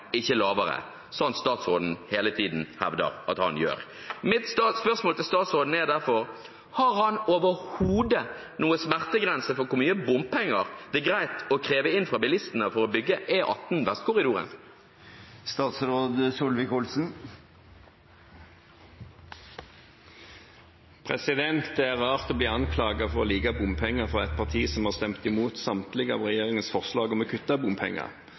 ikke lavere, som statsråden hele tiden hevder at han gjør. Mitt spørsmål til statsråden er derfor: Har statsråden overhodet noen smertegrense for hvor mye bompenger det er greit å kreve inn fra bilistene for å bygge E18 Vestkorridoren? Det er rart å bli anklaget for å like bompenger fra et parti som har stemt imot samtlige av regjeringens forslag om kutt i bompenger.